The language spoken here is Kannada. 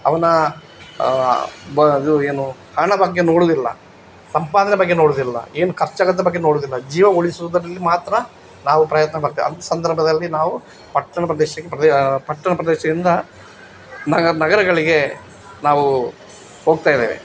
ಅವ್ನ ಬ ಇದು ಏನು ಹಣ ಬಗ್ಗೆ ನೋಡುವುದಿಲ್ಲ ಸಂಪಾದನೆ ಬಗ್ಗೆ ನೋಡುವುದಿಲ್ಲ ಏನು ಖರ್ಚಾಗುತ್ತೆ ಬಗ್ಗೆ ನೋಡುವುದಿಲ್ಲ ಜೀವ ಉಳಿಸುವುದ್ರಲ್ಲಿ ಮಾತ್ರ ನಾವು ಪ್ರಯತ್ನಪಡ್ತೇವೆ ಅಂಥ ಸಂದರ್ಭದಲ್ಲಿ ನಾವು ಪಟ್ಟಣ ಪ್ರದೇಶಕ್ಕೆ ಪ್ರದೇ ಪಟ್ಟಣ ಪ್ರದೇಶದಿಂದ ನಗರ ನಗರಗಳಿಗೆ ನಾವು ಹೋಗ್ತಾಯಿದ್ದೇವೆ